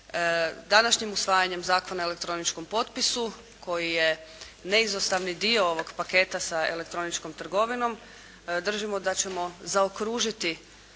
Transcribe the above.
Današnjim usvajanjem Zakona o elektroničkom potpisu koji je neizostavni dio ovog paketa sa elektroničkom trgovinom držimo da ćemo zaokružiti